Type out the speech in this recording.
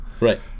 Right